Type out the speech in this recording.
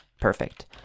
Perfect